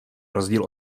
rozdíl